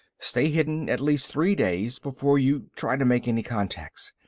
stay hidden at least three days before you try to make any contacts.